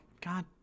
God